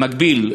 במקביל,